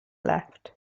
left